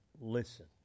listen